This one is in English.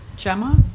Gemma